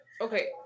okay